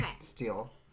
steal